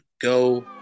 go